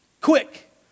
quick